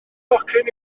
tocyn